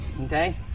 Okay